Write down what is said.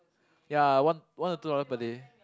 ya one one or two dollar per day